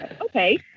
okay